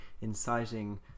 inciting